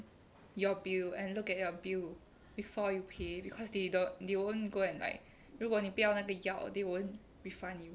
your bill and look at your bill before you pay because they don't they won't go and like 如果你不要那个药 they won't refund you